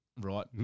Right